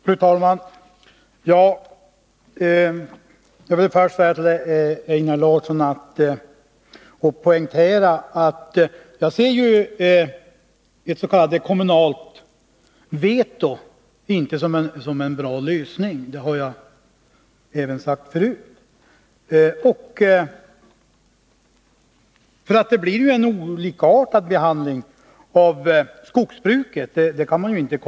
Fru talman! Jag vill först poängtera för Einar Larsson att jag inte ser ett s.k. kommunalt veto som en bra lösning — det har jag sagt även tidigare. Man kan ju inte komma ifrån att det blir en olikartad behandling av skogsbruken.